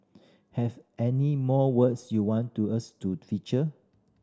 have any more words you want to us to feature